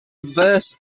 obverse